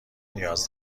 نیاز